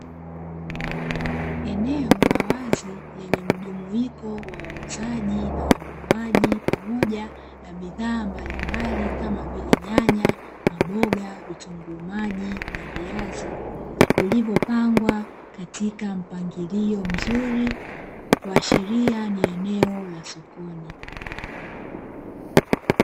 Eneo la wazi yenye mjumuiko wauzaji na wanunuaji, pamoja na bidhaa mbalimbali kama vile nyanya na mboga, vitunguu maji na viazi, vilivyopangwa katika mpangilio mzuri, kuashiria ni eneo la sokoni.